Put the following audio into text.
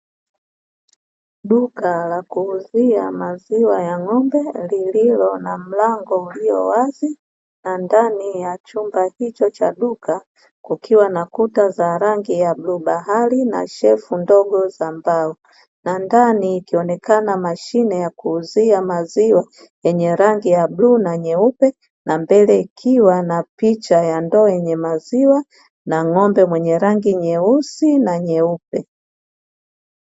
Duka la kuuzia maziwa ya ng'ombe lililo na mlango ulio wazi, na ndani ya chumba hicho cha duka kukiwa na kuta za rangi ya bluu bahari, na shelfu ndogo za mbao. Na ndani kunaonekana mashine ya kuuzia maziwa yenye rangi ya bluu na nyeupe na mbele ikiwa na picha ya ndoo yenye maziwa na ng'ombe mwenye rangi nyeusi na nyeupe.